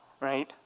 right